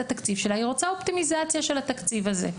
התקציב שלה היא רוצה אופטימיזציה של התקציב הזה,